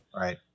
Right